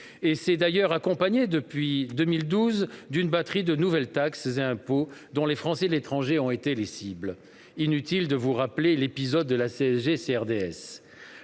et s'est d'ailleurs assorti depuis 2012 d'une batterie de nouvelles taxes et impôts, dont les Français de l'étranger ont été les cibles. Inutile de vous rappeler l'épisode de la CSG-CRDS